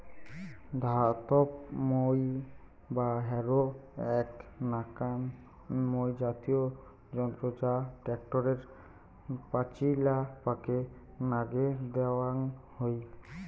ধাতব মই বা হ্যারো এ্যাক নাকান মই জাতীয় যন্ত্র যা ট্যাক্টরের পাচিলাপাকে নাগে দ্যাওয়াং হই